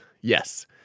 yes